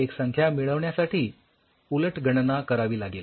एक संख्या मिळविण्यासाठी उलट गणना करावी लागेल